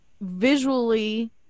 visually